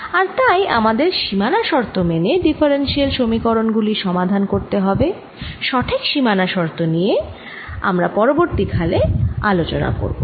আর তাই আমাদের সীমানা শর্ত মেনে ডিফারেনশিয়াল সমীকরণ গুলির সমাধান করতে হবে সঠিক সীমানা শর্ত নিয়ে আমরা পরবর্তী কালে আলোচনা করব